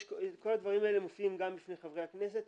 כל הדברים האלה מופיעים גם בפני חברי הכנסת.